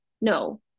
No